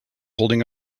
holding